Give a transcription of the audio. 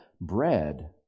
Bread